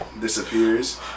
disappears